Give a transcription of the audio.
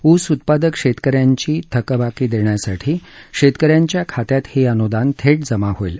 ऊस उत्पादक शेतक यांची थकबाकी देण्यासाठी शेतक यांच्या खात्यात हे अनुदान थेट जमा होईल